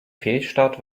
fehlstart